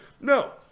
no